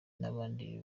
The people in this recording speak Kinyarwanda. n’abandi